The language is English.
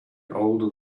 older